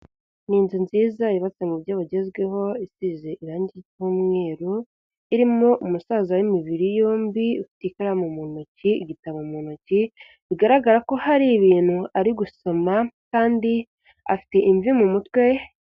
Ni inzu nziza yubatse mu buryo bugezweho isize irangi icyumweru, irimo umusaza w'imibiri yombi ufite ikaramu mu ntoki, igitabo mu ntoki. Bigaragara ko hari ibintu ari gusoma kandi afite imvi mu mutwe.